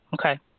Okay